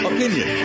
Opinion